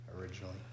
originally